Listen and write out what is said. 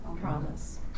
Promise